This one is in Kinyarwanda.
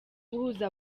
guhuza